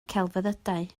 celfyddydau